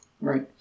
Right